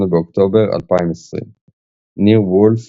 8 באוקטובר 2020 ניר וולף,